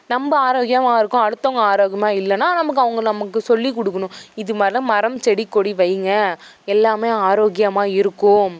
நம்ம ஆரோக்கியமாக இருக்கோம் அடுத்தவங்க ஆரோக்கியமாக இல்லைன்னா நமக்கு அவங்க நமக்கு சொல்லி கொடுக்குணும் இதுமாதிரில்லாம் மரம் செடி கொடி வையுங்க எல்லாம் ஆரோக்கியமாக இருக்கும்